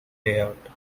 layout